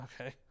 Okay